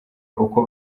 uko